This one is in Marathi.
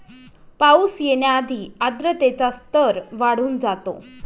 पाऊस येण्याआधी आर्द्रतेचा स्तर वाढून जातो